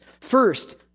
First